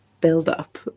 buildup